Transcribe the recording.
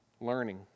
learning